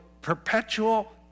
perpetual